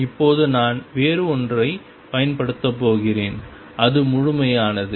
இப்போது நான் வேறு ஒன்றைப் பயன்படுத்தப் போகிறேன் அது முழுமையானது